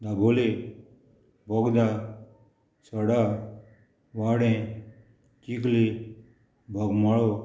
Dabolim Bogda Sada Vaddem Chicalim Bogmalo